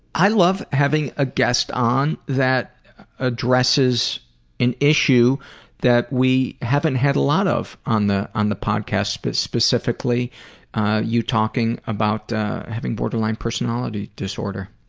i love having a guest on that addresses an issue that we haven't had a lot of on the on the podcast, but specifically you talking about having borderline personality disorder.